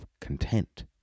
content